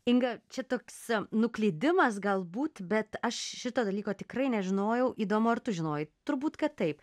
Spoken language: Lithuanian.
inga čia toks nuklydimas galbūt bet aš šito dalyko tikrai nežinojau įdomu ar tu žinojai turbūt kad taip